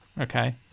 Okay